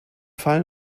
fall